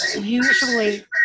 usually